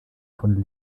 von